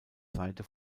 seite